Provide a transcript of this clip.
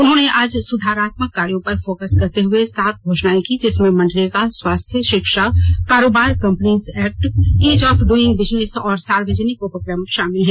उन्होंने आज सुधारात्मक कार्यों पर फोकस करते हुए सात घोषणाएं कीं जिसमें मनरेगा स्वास्थ्य शिक्षा कारोबार companies act ease of doing business और सार्वजनिक उपक्रम शामिल है